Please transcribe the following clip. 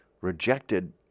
rejected